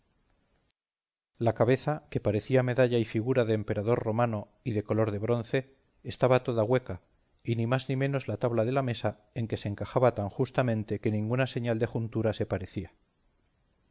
la cabeza que parecía medalla y figura de emperador romano y de color de bronce estaba toda hueca y ni más ni menos la tabla de la mesa en que se encajaba tan justamente que ninguna señal de juntura se parecía